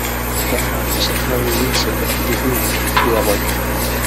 tą naktį sapnuoju vincę tarp gėlių pievoje